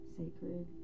sacred